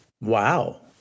Wow